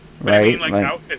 right